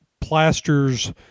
plasters